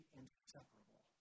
inseparable